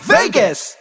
Vegas